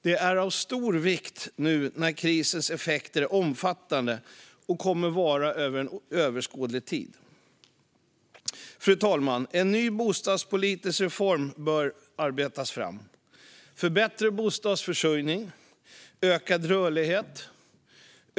Det är av stor vikt nu när krisens effekter är och under överskådlig tid kommer att vara omfattande. Fru talman! En ny bostadspolitisk reform för bättre bostadsförsörjning och ökad rörlighet bör arbetas fram.